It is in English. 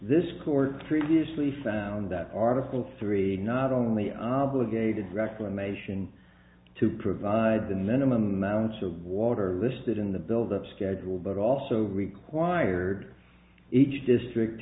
this court previously found that article three not only obligated reclamation to provide the minimum amount of water listed in the build up schedule but also required each district